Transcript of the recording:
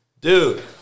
Dude